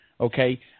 okay